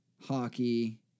hockey